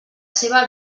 seva